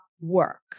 work